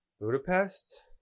Budapest